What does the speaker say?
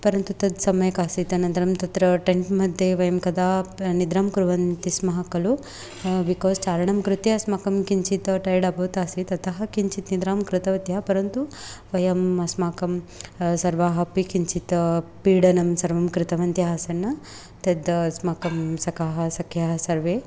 परन्तु तत् सम्यक् आसीत् अनन्तरं तत्र टेण्ट् मध्ये वयं कदा निद्रां कुर्वन्ति स्मः खलु बिकास् चारणं कृते अस्माकं किञ्चित् टैड् अभूत् आसीत् अतः किञ्चित् निद्रां कृतवत्यः परन्तु वयम् अस्माकं सर्वाः अपि किञ्चित् पीडनं सर्वं कृतवन्त्यः आसन् तत् अस्माकं सखा सख्याः सर्वे